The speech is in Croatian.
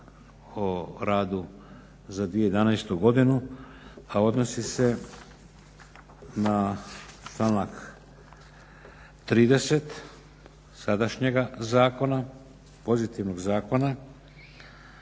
o radu za 2011. godinu a odnosi se na članak 30. sadašnjega zakona, pozitivnog zakona,